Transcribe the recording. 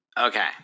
Okay